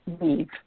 leave